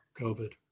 COVID